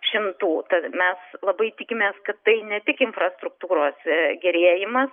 šimtų tad mes labai tikimės kad tai ne tik infrastruktūros gerėjimas